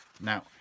Now